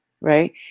right